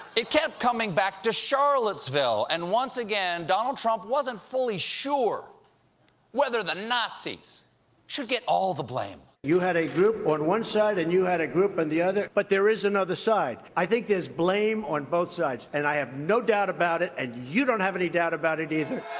it kept coming back to charlottesville. and once again, donald trump wasn't fully sure whether the nazis should get all the blame. you had a group on one side, and you had a group on the other. but there is another side. i think there's blame on both sides. and i have no doubt about it. and you don't have any doubt about it, either.